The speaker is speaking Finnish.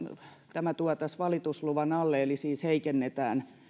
tämä tuotaisiin valitusluvan alle eli siis